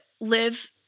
live